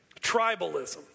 Tribalism